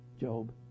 Job